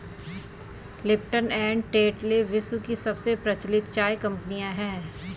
Lipton and Tetley विश्व की सबसे प्रचलित चाय कंपनियां है